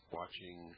watching